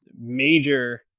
major